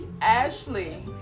Ashley